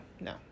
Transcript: No